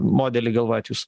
modelį galvojat jūs